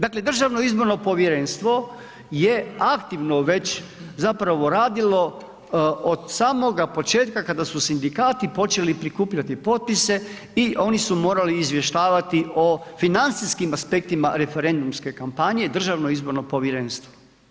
Dakle, Državno izborno povjerenstvo je aktivno već zapravo radilo od samoga početka kada su sindikati počeli prikupljati potpise i oni su morali izvještavati o financijskim aspektima referendumske kampanje Državno izborno povjerenstvo.